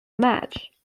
match